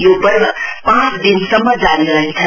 यो पर्व पाँच दिनसम्म जारी रहनेछ